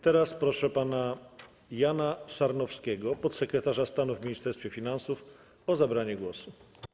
Teraz proszę pana Jana Sarnowskiego, podsekretarza stanu w Ministerstwie Finansów, o zabranie głosu.